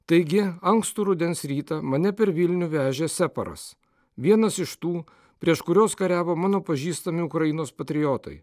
taigi ankstų rudens rytą mane per vilnių vežė separas vienas iš tų prieš kuriuos kariavo mano pažįstami ukrainos patriotai